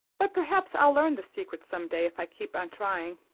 but perhaps i'll learn the secret some day if i keep on trying.